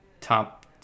top